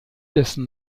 dessen